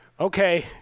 Okay